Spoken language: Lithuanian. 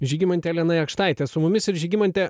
žygimantė elena jakštaitė su mumis ir žygimante